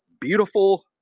Beautiful